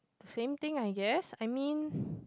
the same thing I guess I mean